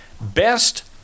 best